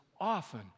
often